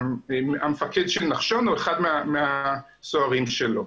המפקד של נחשון או אחד מהסוהרים שלו.